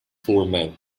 foreman